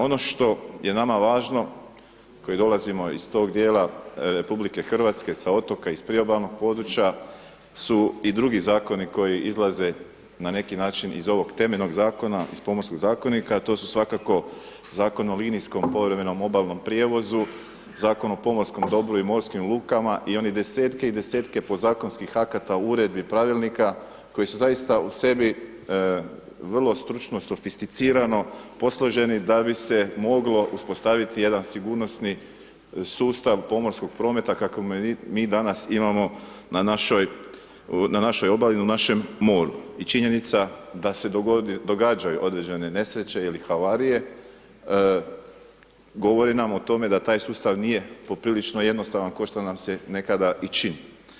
Ono što je nama važno koji dolazimo iz toga dijela RH, sa otoka, iz priobalnog područja, su i drugi zakoni koji izlaze na neki način iz ovog temeljnog zakona, iz Pomorskog zakonika, to su svakako Zakon o linijskom povremenom obalnom prijevozu, Zakon o pomorskom dobru i morskim lukama i oni desetke i desetke podzakonskih akata, uredbi, pravilnika koji su zaista u sebi vrlo stručno sofisticirano posloženi da bi se moglo uspostaviti jedan sigurnosni sustav pomorskog prometa kakav mi danas imamo na našoj obali i u našem moru i činjenica da se događaju određene nesreće ili havarije, govore nam o tome da taj sustav nije poprilično jednostavan, košto nam se nekada i čini.